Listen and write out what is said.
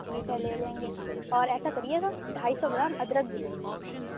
ٹھیک ہے لے لیں گے اور ایسا کریے گا ڈھائی سو گرام ادرک بھی دے دیجیے گا